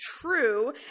true